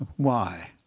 why?